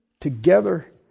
together